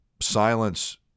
silence